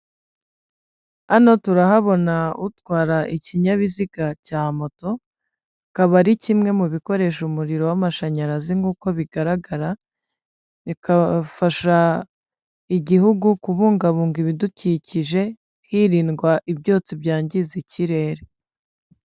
Hano turahabona utwara ikinyabiziga cya moto, akaba ari kimwe mu bikoresha umuriro w'amashanyarazi nk'uko bigaragara, bigafasha igihugu kubungabunga ibidukikije, hirindwa ibyotsi byangiza ikirere.